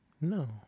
No